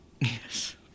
Yes